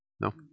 No